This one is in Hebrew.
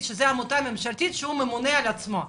שהיא עמותה ממשלתית כשהוא ממונה על עצמו.